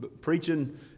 preaching